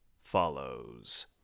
follows